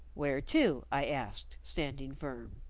where to? i asked, standing firm.